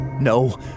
No